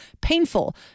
painful